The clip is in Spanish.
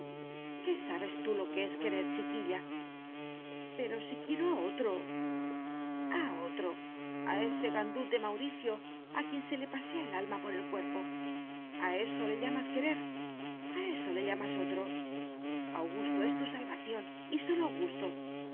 qué sabes tú lo que es querer chiquilla pero si quiero a otro a otro a ese gandul de mauricio a quien se le pasea el alma por el cuerpo a eso le llamas querer a eso le llamas otro augusto es tu salvación y sólo augusto